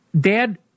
Dad